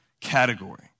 category